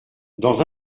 dans